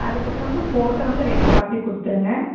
அதுக்கப்புறம் வந்து ஃபோட்டோ வந்து ரெண்டு காப்பி கொடுத்துருங்க